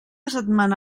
setmana